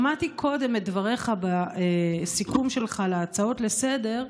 שמעתי קודם את דבריך בסיכום שלך להצעות לסדר-היום,